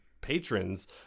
patrons